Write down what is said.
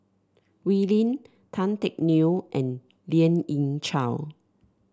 Wee Lin Tan Teck Neo and Lien Ying Chow